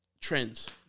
trends